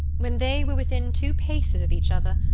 when they were within two paces of each other,